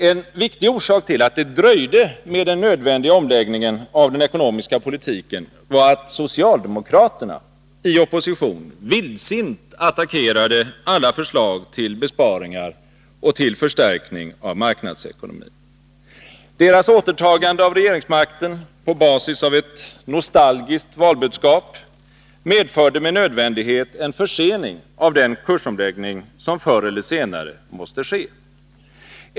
En viktig orsak till att det dröjde med den nödvändiga omläggningen av den ekonomiska politiken var, att socialdemokraterna i opposition vildsint attackerade alla förslag till besparingar och till förstärkning av marknadsekonomin. Deras återtagande av regeringsmakten på basis av ett nostalgiskt valbudskap medförde med nödvändighet en försening av den kursomläggning som förr eller senare måste ske.